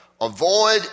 Avoid